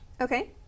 Okay